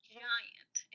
giant